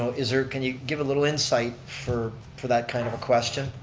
so is there, can you give a little insight for for that kind of a question?